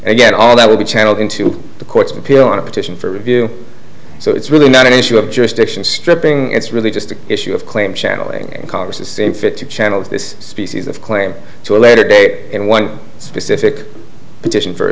again all that will be channeled into the courts of appeal on a petition for review so it's really not an issue of jurisdiction stripping it's really just an issue of claim channelling because the same fifty channels this species of claim to a later date and one specific petition for